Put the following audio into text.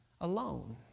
alone